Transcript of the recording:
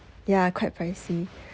ya quite pricey